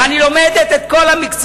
ואני לומדת את כל המקצועות,